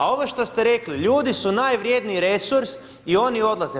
A ovo što ste rekli, ludi su najvrijednije resurs i oni odlaze.